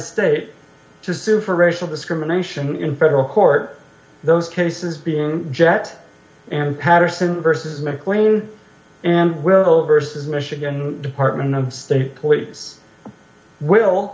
state to sue for racial discrimination in federal court those cases being jet and patterson versus mclean and will versus michigan department of state police will